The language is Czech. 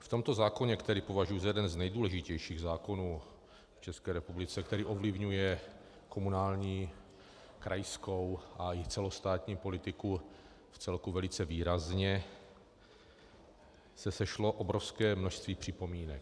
V tomto zákoně, který považuji za jeden z nejdůležitějších zákonů v České republice, který ovlivňuje komunální, krajskou i celostátní politiku vcelku velice výrazně, se sešlo obrovské množství připomínek.